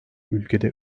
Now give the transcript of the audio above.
ülkede